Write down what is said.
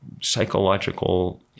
psychological